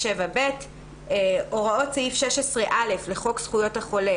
או אלימות כלפיו 27ב.הוראות סעיף 16א לחוק זכויות החולה,